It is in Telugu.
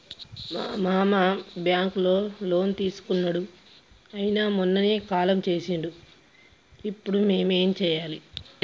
మా మామ బ్యాంక్ లో లోన్ తీసుకున్నడు అయిన మొన్ననే కాలం చేసిండు ఇప్పుడు మేం ఏం చేయాలి?